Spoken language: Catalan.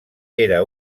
era